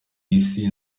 isi